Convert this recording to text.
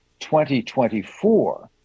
2024